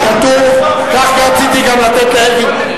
כך רציתי גם לתת לאלקין.